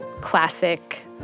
classic